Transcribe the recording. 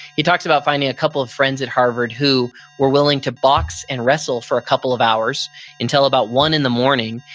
he talks about finding a couple of friends at harvard who were willing to box and wrestle for a couple of hours until about one in the morning,